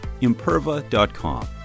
Imperva.com